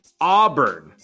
Auburn